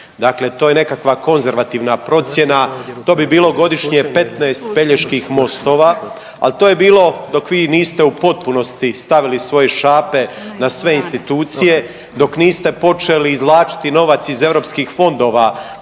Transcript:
dakle to je nekakva konzervativna procjena, to bi bilo godišnje 15 Peljeških mostova, al to je bilo dok vi niste u potpunosti stavili svoje šape na sve institucije, dok niste počeli izvlačiti novac iz europskih fondova,